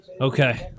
Okay